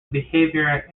behavior